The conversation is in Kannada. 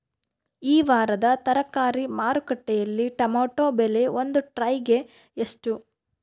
ಈ ವಾರದ ತರಕಾರಿ ಮಾರುಕಟ್ಟೆಯಲ್ಲಿ ಟೊಮೆಟೊ ಬೆಲೆ ಒಂದು ಟ್ರೈ ಗೆ ಎಷ್ಟು?